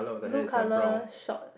blue colour shorts